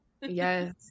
yes